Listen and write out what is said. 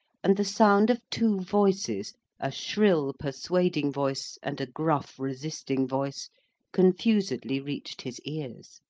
and the sound of two voices a shrill persuading voice and a gruff resisting voice confusedly reached his ears.